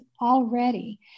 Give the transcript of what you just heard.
already